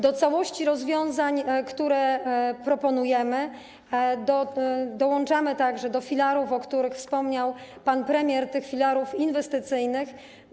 Do całości rozwiązań, które proponujemy, dołączamy także... do filarów, o których wspomniał pan premier, tych filarów inwestycyjnych.